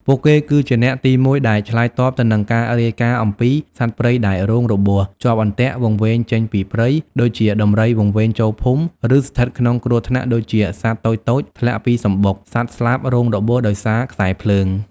ពួកគេគឺជាអ្នកទីមួយដែលឆ្លើយតបទៅនឹងការរាយការណ៍អំពី សត្វព្រៃដែលរងរបួស ជាប់អន្ទាក់ វង្វេងចេញពីព្រៃ ដូចជាដំរីវង្វេងចូលភូមិ ឬស្ថិតក្នុងគ្រោះថ្នាក់ ដូចជាសត្វតូចៗធ្លាក់ពីសំបុក សត្វស្លាបរងរបួសដោយសារខ្សែភ្លើង។